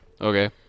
Okay